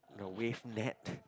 the wave net